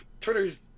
Twitter's